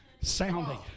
sounding